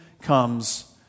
comes